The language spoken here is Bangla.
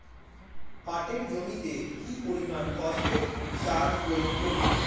পাটের জমিতে কি পরিমান ফসফেট সার প্রয়োগ করব?